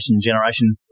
Generation